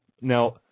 now